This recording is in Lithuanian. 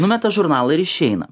numeta žurnalą ir išeina